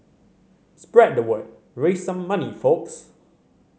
spread the word raise some money folks